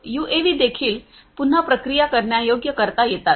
UAV देखील पुन्हा प्रक्रिया करण्यायोग्य करता येतात